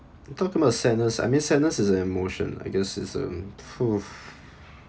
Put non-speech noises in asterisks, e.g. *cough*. talk about sadness I mean sadness is an emotion lah I guess it's um *noise*